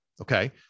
Okay